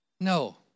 No